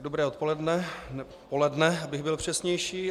Dobré odpoledne, nebo poledne, abych byl přesnější.